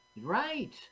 Right